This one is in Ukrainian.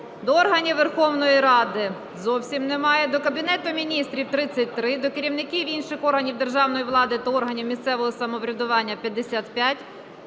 до органів Верховної Ради – зовсім немає, до Кабінету Міністрів – 33, до керівників інших органів державної влади та органів місцевого самоврядування – 55,